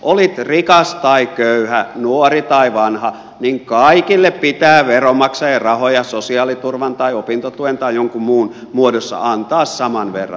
olit rikas tai köyhä nuori tai vanha niin kaikille pitää veronmaksajien rahoja sosiaaliturvan tai opintotuen tai jonkun muun muodossa antaa saman verran